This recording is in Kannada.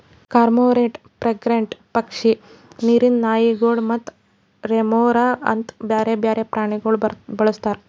ಕಾರ್ಮೋರೆಂಟ್, ಫ್ರೆಗೇಟ್ ಪಕ್ಷಿ, ನೀರಿಂದ್ ನಾಯಿಗೊಳ್ ಮತ್ತ ರೆಮೊರಾ ಅಂತ್ ಬ್ಯಾರೆ ಬೇರೆ ಪ್ರಾಣಿಗೊಳ್ ಬಳಸ್ತಾರ್